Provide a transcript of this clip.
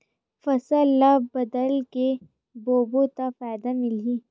फसल ल बदल के बोबो त फ़ायदा मिलही?